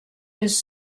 his